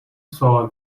سوال